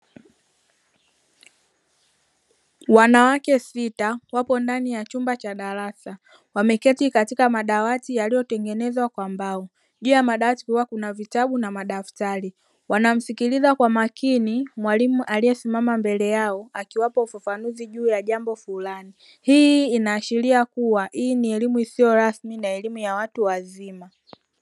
Wanawake sita wapo ndani ya chumba cha darasa. Wameketi katika madawati yaliyotengenezwa kwa mbao. Juu ya madawati kukiwa kuna vitabu na madaftari. Wanamsikiliza kwa makini mwalimu aliyesimama mbele yao akiwapa ufafanuzi juu ya jambo fulani. Hii inaashiria kuwa hii ni elimu isiyo rasmi na elimu ya watu wazima.